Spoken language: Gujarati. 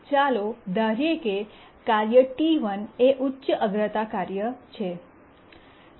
ચાલો ધારીએ કે કાર્ય T1 એ ઉચ્ચ અગ્રતા કાર્ય છે